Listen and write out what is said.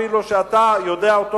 אפילו שאתה יודע אותו